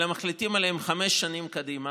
אלא מחליטים עליהם חמש שנים קדימה.